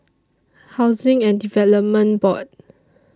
Housing and Development Board